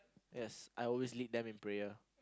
yes I always lead them in prayer